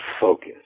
focus